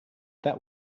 that